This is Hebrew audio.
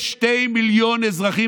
יש שני מיליון אזרחים,